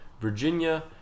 Virginia